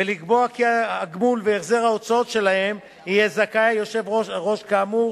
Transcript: ולקבוע כי הגמול והחזר הוצאות שלהם יהיה זכאי יושב-ראש כאמור